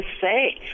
say